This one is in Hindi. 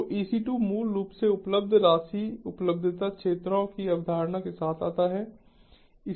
तो EC2 मूल रूप से उपलब्ध राशि उपलब्धता क्षेत्रों की अवधारणा के साथ आता है